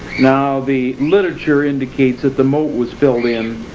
now the literature indicates that the moat was filled in,